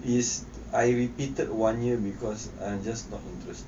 is I repeated one year because I'm just not interest